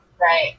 right